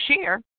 share